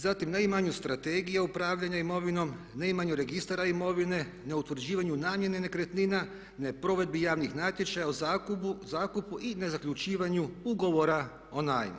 Zatim, neimanju strategije upravljanja imovinom, neimanju registara imovine, neutvrđivanju namjene nekretnina, neprovedbi javnih natječaja o zakupu i nezaključivanju ugovora o najmu.